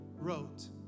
wrote